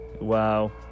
wow